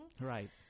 Right